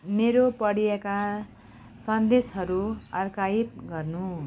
मेरो पढिएका सन्देशहरू अर्काइभ गर्नू